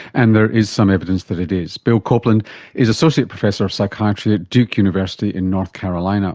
and there is some evidence that it is. bill copeland is associate professor of psychiatry at duke university in north carolina